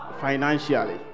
financially